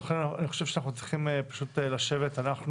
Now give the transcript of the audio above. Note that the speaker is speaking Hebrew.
אני חושב שאנחנו צריכים פשוט לשבת אנחנו